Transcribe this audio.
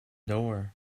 door